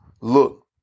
Look